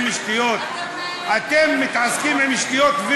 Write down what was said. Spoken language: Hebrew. אתם מתעסקים עם שטויות.